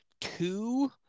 two